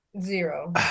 Zero